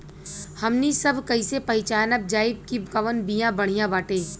हमनी सभ कईसे पहचानब जाइब की कवन बिया बढ़ियां बाटे?